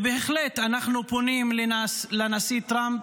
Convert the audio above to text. ואנחנו בהחלט פונים לנשיא טראמפ,